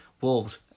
Wolves